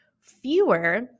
fewer